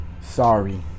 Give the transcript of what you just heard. Sorry